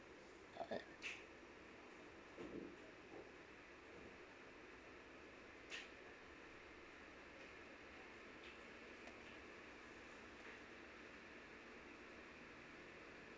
alright